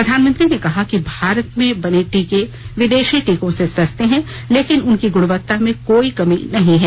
प्रधानमंत्री ने कहा कि भारत में बने टीके विदेशी टीकों से सस्ते हैं लेकिन उनकी गुणवत्ता में कोई कमी नहीं हैं